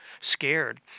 scared